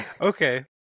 Okay